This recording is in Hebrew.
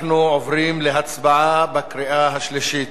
אנחנו עוברים להצבעה בקריאה השלישית.